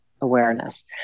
awareness